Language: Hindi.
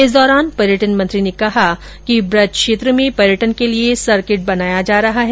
इस दौरान पर्यटन मंत्री ने कहा कि ब्रज क्षेत्र में पर्यटन के लिए सर्किट बनाया जा रहा है